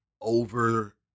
over